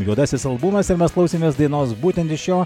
juodasis albumas ir mes klausėmės dainos būtent iš jo